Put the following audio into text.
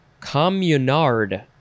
communard